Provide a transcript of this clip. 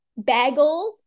bagels